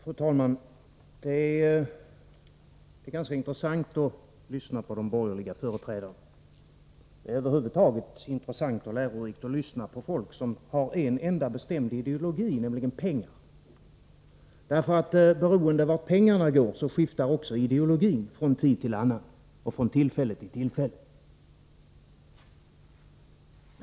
Fru talman! Det är ganska intressant att lyssna på de borgerliga företrädarna. Det är över huvud taget intressant och lärorikt att lyssna på folk som har en enda bestämd ideologi, nämligen pengar. Beroende på vart pengarna går skiftar nämligen också ideologin från tid till annan och från tillfälle till tillfälle.